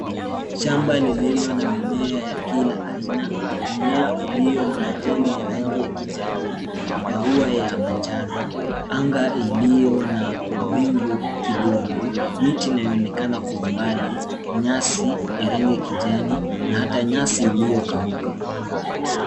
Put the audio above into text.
Shamba lililo na mimea ya kila aina. Mmea ulio na majani ya rangi ya kijani, maua ya manjano, anga ilio na mawingu kidogo, miti inayoonekana kwa umbali, nyasi ya rangi ya kijani na hata nyasi iliyokauka.